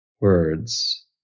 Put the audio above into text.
words